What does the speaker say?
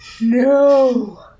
no